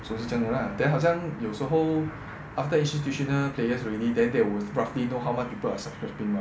所以是这样的啦 then 好像有时候 after institutional players already then they will roughly know how much people are subscribing [what]